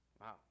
Wow